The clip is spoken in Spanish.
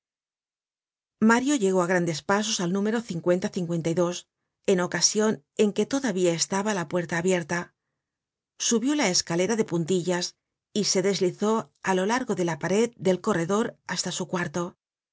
mario llegó á grandes pasos al número en ocasion en que todavía estaba la puerta abierta subió la escalera de puntillas y se deslizó á lo largo de la pared del corredor hasta su cuarto